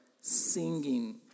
singing